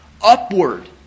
upward